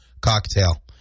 Cocktail